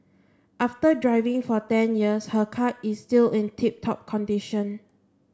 after driving for ten years her car is still in tip top condition